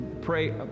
pray